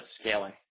scaling